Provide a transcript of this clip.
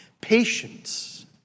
Patience